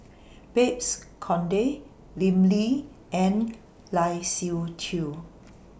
Babes Conde Lim Lee and Lai Siu Chiu